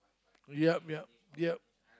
yup yup yup